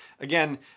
again